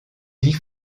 dix